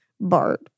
Bart